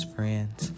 Friends